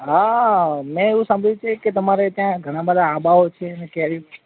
હા મેં એવું સાંભળ્યું છે કે તમારે ત્યાં ઘણા બધાં આંબાઓ છે અને કેરીઓ છે